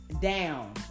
down